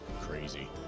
crazy